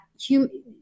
human